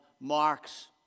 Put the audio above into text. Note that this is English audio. Mark's